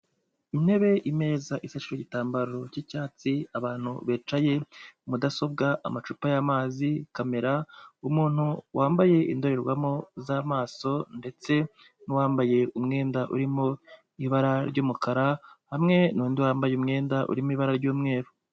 Intebe, imeza ifashe igitambaro cy'icyatsi, abantu bicaye, mudasobwa, amacupa yamazi, kamera, umuntu wambaye indorerwamo z'amaso, ndetse nuwambaye umwenda urimo ibara ry'umukara, hamwe n'undi wambaye umwenda urimo ibara ry'umukara.